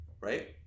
right